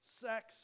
sex